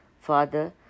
Father